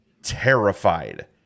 terrified